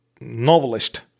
novelist